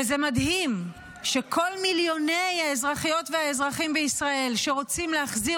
וזה מדהים שכל מיליוני האזרחיות והאזרחים בישראל שרוצים להחזיר